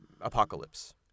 Apocalypse